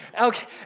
okay